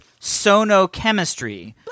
sonochemistry